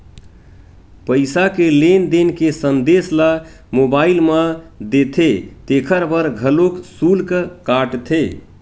पईसा के लेन देन के संदेस ल मोबईल म देथे तेखर बर घलोक सुल्क काटथे